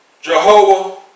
Jehovah